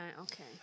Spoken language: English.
okay